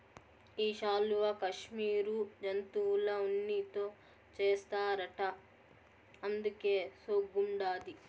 ఈ శాలువా కాశ్మీరు జంతువుల ఉన్నితో చేస్తారట అందుకే సోగ్గుండాది